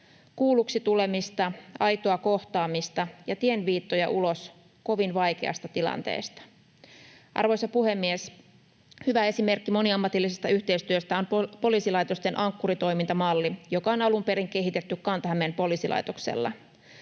kuulluksi tulemista, aitoa kohtaamista ja tienviittoja ulos kovin vaikeasta tilanteesta. Arvoisa puhemies! Hyvä esimerkki moniammatillisesta yhteistyöstä on poliisilaitosten Ankkuri-toimintamalli, joka on alun perin kehitetty Kanta-Hämeen poliisilaitoksella.